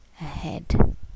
ahead